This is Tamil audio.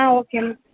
ah okay ma'am